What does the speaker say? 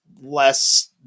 less